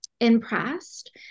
impressed